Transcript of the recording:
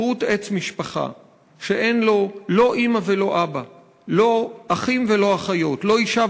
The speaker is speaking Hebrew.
כרות עץ משפחה/ שאין לו לא אימא ולא אבא/ לא אחים ולא אחיות/ לא אישה